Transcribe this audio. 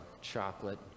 chocolate